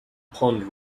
pond